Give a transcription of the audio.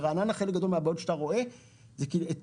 חלק גדול מהבעיות שאתה רואה ברעננה הן בגלל שקברו